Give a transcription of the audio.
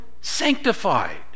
sanctified